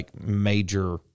major